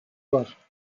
var